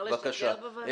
מותר לשקר בוועדה?